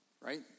right